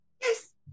Yes